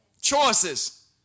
Choices